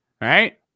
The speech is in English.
Right